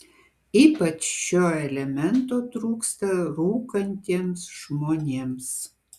ypač šio elemento trūksta rūkantiems žmonėms